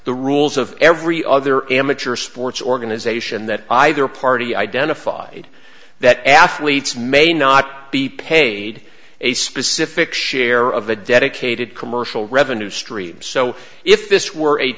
the rules of every other amateur sports organization that either party identified that athletes may not be paid a specific share of a dedicated commercial revenue stream so if this were a